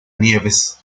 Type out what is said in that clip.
nieves